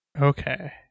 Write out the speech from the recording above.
Okay